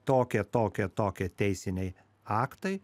tokie tokie tokie teisiniai aktai